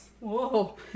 whoa